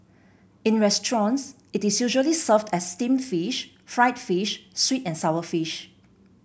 in restaurants it is usually served as steamed fish fried fish sweet and sour fish